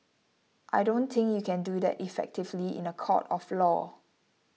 I don't think you can do that effectively in a court of law